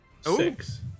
Six